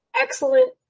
excellent